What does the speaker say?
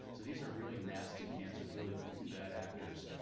so these are really nasty cancers, really bad actors.